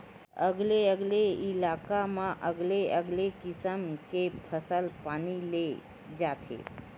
अलगे अलगे इलाका म अलगे अलगे किसम के फसल पानी ले जाथे